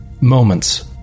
Moments